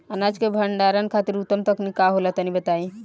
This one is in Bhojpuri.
अनाज के भंडारण खातिर उत्तम तकनीक का होला तनी बताई?